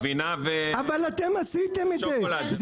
גבינה ושוקולד --- אבל אתם עשיתם את זה.